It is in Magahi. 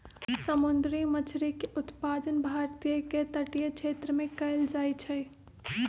समुंदरी मछरी के उत्पादन भारत के तटीय क्षेत्रमें कएल जाइ छइ